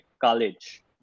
college